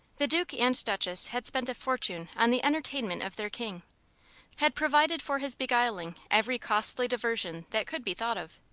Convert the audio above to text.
the duke and duchess had spent a fortune on the entertainment of their king had provided for his beguiling every costly diversion that could be thought of.